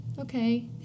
Okay